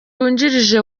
wungirije